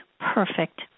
perfect